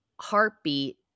heartbeat